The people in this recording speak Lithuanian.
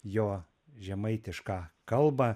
jo žemaitišką kalbą